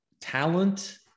Talent